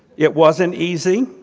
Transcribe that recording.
it wasn't easy.